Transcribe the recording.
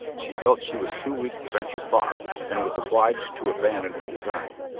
she felt she was too weak to venture far, and was obliged to abandon her design.